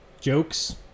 jokes